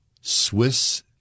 Swiss